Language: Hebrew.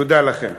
תודה לכם.